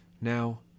Now